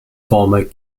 former